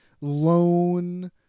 loan